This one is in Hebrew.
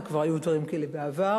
וכבר היו דברים כאלה בעבר,